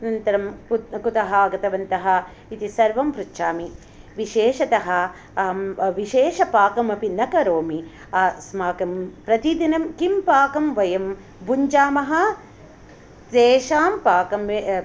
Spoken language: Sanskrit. अनन्तरं कुत् कुतः आगतवन्तः इति सर्वं पृच्छामि विशेषतः अहं विशेषपाकमपि न करोमि अस्माकं प्रतिदिनं किं पाकं वयं भुञ्जामः तेषां पाकम्